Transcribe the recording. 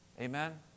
Amen